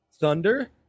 Thunder